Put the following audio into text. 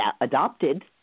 adopted